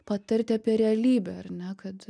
patarti apie realybę ar ne kad